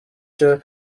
cyo